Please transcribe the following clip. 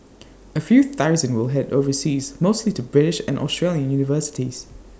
A few thousand will Head overseas mostly to British and Australian universities